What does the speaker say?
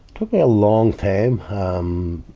took me a long time, um,